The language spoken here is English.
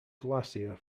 glacier